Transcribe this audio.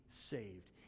saved